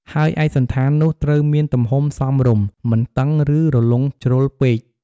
ហើយឯកសណ្ឋាននោះត្រូវមានទំហំសមរម្យ មិនតឹង ឬរលុងជ្រុលពេក។